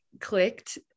clicked